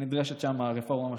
ונדרשת שם רפורמה משמעותית.